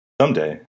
Someday